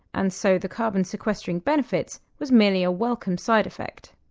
and so the carbon sequestering benefits, was many welcome side effects.